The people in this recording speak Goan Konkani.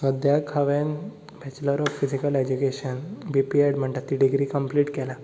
सद्याक हांवेन bachelor of physical education B P Ed म्हणटा ती डिग्री कमप्लीट केल्या